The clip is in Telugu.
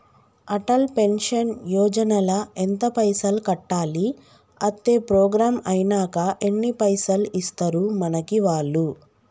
అటల్ పెన్షన్ యోజన ల ఎంత పైసల్ కట్టాలి? అత్తే ప్రోగ్రాం ఐనాక ఎన్ని పైసల్ ఇస్తరు మనకి వాళ్లు?